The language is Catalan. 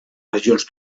regions